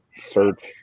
search